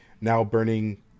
now-burning